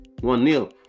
one-nil